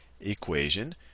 equation